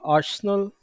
Arsenal